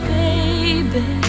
baby